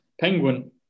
penguin